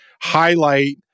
highlight